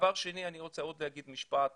אני רוצה עוד להגיד משפט